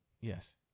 Yes